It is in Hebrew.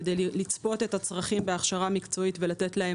כדי לצפות את הצרכים בהכשרה מקצועית ולתת להם